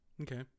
Okay